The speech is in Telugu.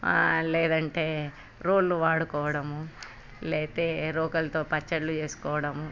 లేదంటే రోళ్ళు వాడుకోవడము లేదంటే రోకలితో పచ్చళ్ళు చేసుకోవడము